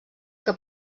que